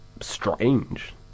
strange